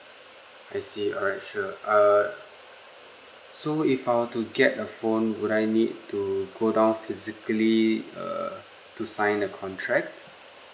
I see alright sure uh so if I were to get a phone would I need to go down physically uh to sign a contract